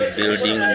building